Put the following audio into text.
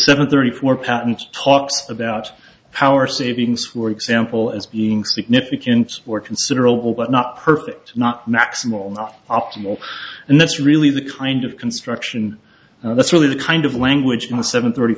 seven thirty four patent talks about power savings for example as being significant or considerable but not perfect not maximal not optimal and that's really the kind of construction that's really the kind of language in the seven thirty